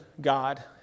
God